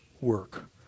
work